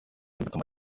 bigatuma